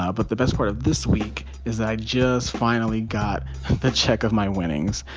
ah but the best part of this week is i just finally got the check of my winnings.